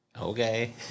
Okay